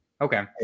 Okay